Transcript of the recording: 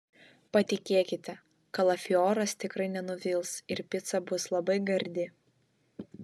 patikėkite kalafioras tikrai nenuvils ir pica bus labai gardi